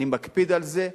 ואני מקפיד על זה,